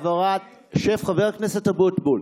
העברת, שב, חבר הכנסת אבוטבול.